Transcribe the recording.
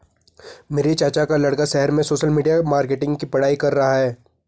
मेरे चाचा का लड़का शहर में सोशल मीडिया मार्केटिंग की पढ़ाई कर रहा है